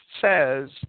says